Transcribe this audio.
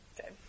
Okay